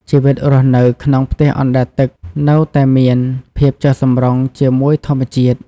ជីវិតរស់នៅក្នុងផ្ទះអណ្ដែតទឹកនៅតែមាន ភាពចុះសម្រុងជាមួយធម្មជាតិ។